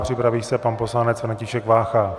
Připraví se pan poslanec František Vácha.